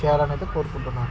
చేయాలని అయితే కోరుకుంటున్నాను